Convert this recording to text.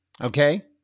okay